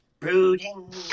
Brooding